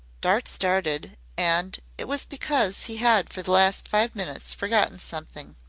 dart started and it was because he had for the last five minutes forgotten something.